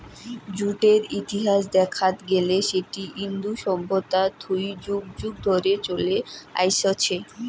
জুটের ইতিহাস দেখাত গেলে সেটি ইন্দু সভ্যতা থুই যুগ যুগ ধরে চলে আইসছে